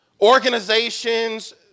organizations